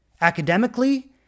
academically